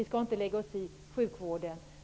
Vi skall inte lägga oss i sjukvården.